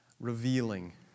Revealing